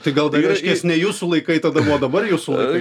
tai gal dar reikškias ne jūsų laikai tada buvo dabar jūsų laikai